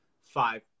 five